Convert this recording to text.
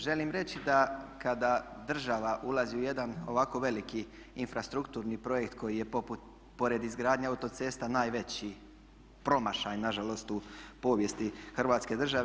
Želim reći da kada država ulazi u jedan ovako veliki infrastrukturni projekt koji je pored izgradnje autocesta najveći promašaj na žalost u povijesti Hrvatske države.